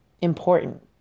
important